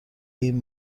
این